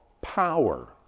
power